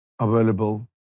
available